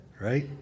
right